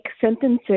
sentences